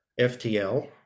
FTL